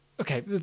Okay